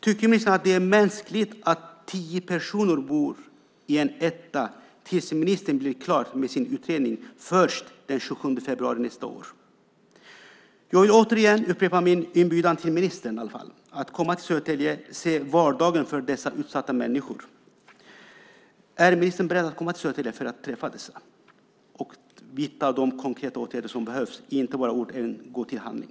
Tycker ministern att det är mänskligt att tio personer bor i en etta till dess att ministern blir klar med sin utredning först den 27 februari nästa år? Jag vill återigen upprepa min inbjudan till ministern att komma till Södertälje och se vardagen för dessa utsatta människor. Är ministern beredd att komma till Södertälje för att träffa dem och vidta de konkreta åtgärder som behövs? Kom inte bara med ord, utan gå till handling!